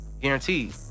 Guaranteed